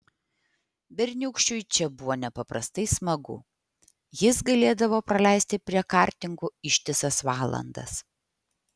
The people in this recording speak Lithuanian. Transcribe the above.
berniūkščiui čia buvo nepaprastai smagu jis galėdavo praleisti prie kartingų ištisas valandas